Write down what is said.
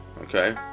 Okay